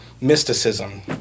mysticism